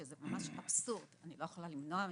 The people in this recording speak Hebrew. שזה ממש אבסורד, אני לא יכולה למנוע ממנו.